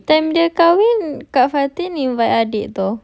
tanda kahwin kak fatin invite adik though